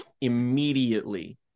immediately